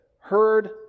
heard